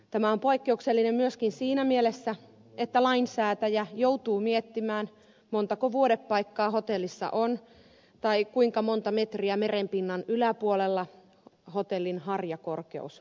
tämä on poikkeuksellinen myöskin siinä mielessä että lainsäätäjä joutuu miettimään montako vuodepaikkaa hotellissa on tai kuinka monta metriä merenpinnan yläpuolella hotellin harjakorkeus voi olla